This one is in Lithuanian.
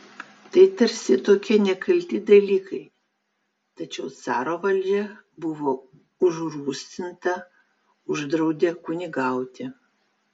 tai tarsi tokie nekalti dalykai tačiau caro valdžia buvo užrūstinta uždraudė kunigauti